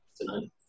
tonight